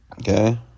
Okay